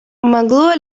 могло